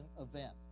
event